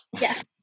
Yes